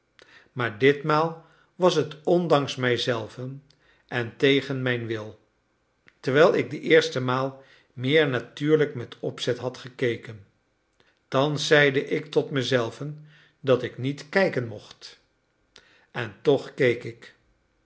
maar ditmaal was het ondanks mijzelven en tegen mijn wil terwijl ik de eerste maal meer natuurlijk met opzet had gekeken thans zeide ik tot mezelven dat ik niet kijken mocht en toch keek ik